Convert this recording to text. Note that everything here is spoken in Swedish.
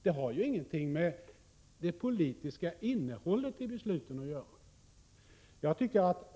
Det har ju ingenting med det politiska innehållet i besluten att göra.